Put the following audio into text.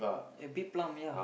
at big plum ya